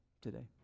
today